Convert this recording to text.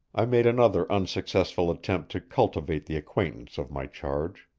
i made another unsuccessful attempt to cultivate the acquaintance of my charge.